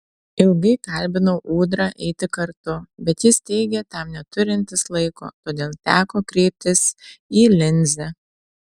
ilgai kalbinau ūdrą eiti kartu bet jis teigė tam neturintis laiko todėl teko kreiptis į linzę